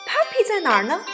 Puppy在哪儿呢